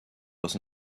was